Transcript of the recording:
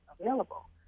available